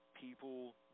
people